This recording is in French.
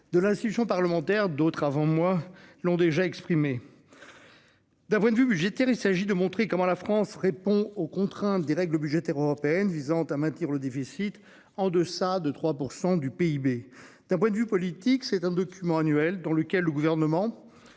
de l'institution parlementaire d'autres avant moi l'ont déjà exprimé. D'un point de vue budgétaire. Il s'agit de montrer comment la France. Répond aux contraintes des règles budgétaires européennes visant à maintenir le déficit en deçà de 3% du PIB d'un point de vue politique, c'est un de. Annuel dans lequel le gouvernement.